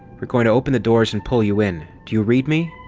we're going to open the doors and pull you in, do you read me?